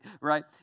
right